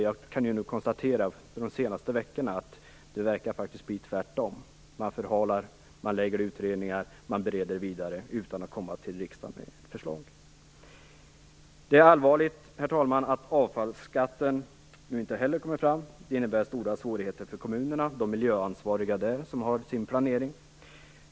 Jag kan nu konstatera att det faktiskt verkar bli tvärtom. Man förhalar, man tillsätter utredningar, bereder vidare utan att komma till riksdagen med förslag. Det är allvarligt att avfallsskatten nu inte heller kommer att införas. Det innebär stora svårigheter för kommunernas miljöansvariga i deras planering.